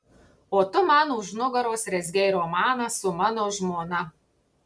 o tu man už nugaros rezgei romaną su mano žmona